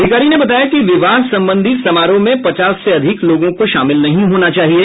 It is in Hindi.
अधिकारी ने बताया कि विवाह संबंधी समारोह में पचास से अधिक लोगों को शामिल नहीं होना चाहिए